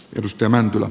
yhdistelmän